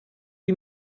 you